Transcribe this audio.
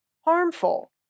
harmful